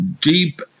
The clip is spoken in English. deep